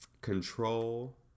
control